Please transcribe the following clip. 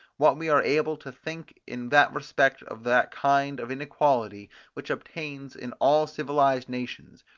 what we are able to think in that respect of that kind of inequality which obtains in all civilised nations,